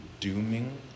dooming